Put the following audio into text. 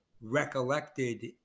recollected